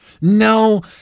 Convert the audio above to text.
No